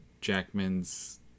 Jackman's